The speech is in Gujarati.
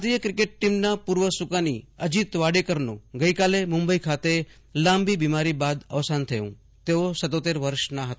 ભારતીય ક્રિકેટ ટીમના પુર્વ સુકાની અજીત વાકેસરનું ગઈકાલે મુંબઈ ખાતે લાંબી બીમારી બાદ અવસાન થયું તેઓ વર્ષના હતા